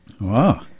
wow